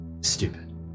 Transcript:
stupid